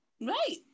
Right